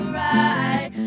right